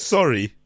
Sorry